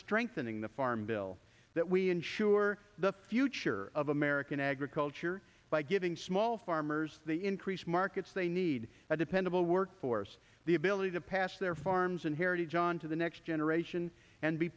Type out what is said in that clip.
strengthening the farm bill that we insure the future of american agriculture by giving small farmers the increased markets they need a dependable workforce the ability to pass their farms and heritage on to the next generation and be